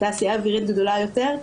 התעשייה האווירית גדולה יותר.